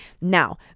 Now